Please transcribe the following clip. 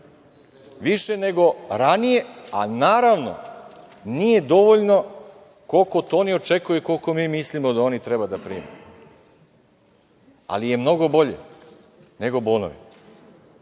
više nego ranije, a naravno, nije dovoljno koliko to oni očekuju i koliko to mi mislimo da oni treba da prime, ali je mnogo bolje nego bonovi.